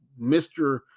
Mr